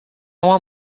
want